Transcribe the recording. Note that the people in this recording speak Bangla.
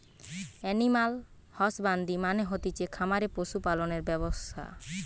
এনিম্যাল হসবান্দ্রি মানে হতিছে খামারে পশু পালনের ব্যবসা